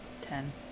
Ten